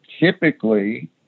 Typically